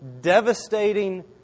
devastating